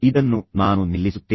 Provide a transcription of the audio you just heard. ಇದನ್ನು ನಾನು ನಿಲ್ಲಿಸುತ್ತೇನೆ